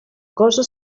cosa